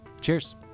Cheers